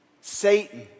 Satan